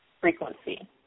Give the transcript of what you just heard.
frequency